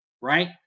Right